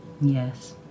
Yes